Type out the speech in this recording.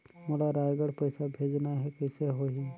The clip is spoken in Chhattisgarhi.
मोला रायगढ़ पइसा भेजना हैं, कइसे होही?